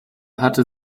hatte